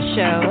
Show